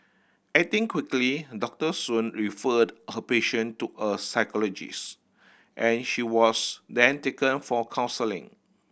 acting quickly Doctor Soon referred her patient to a psychologist and she was then taken for counselling